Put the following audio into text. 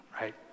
right